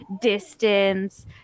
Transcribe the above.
distance